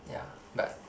yeah but